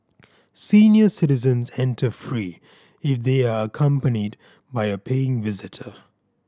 senior citizens enter free if they are accompanied by a paying visitor